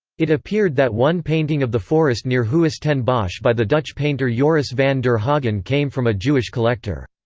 it appeared that one painting of the forest near huis ten bosch by the dutch painter joris van der haagen came from a jewish collector.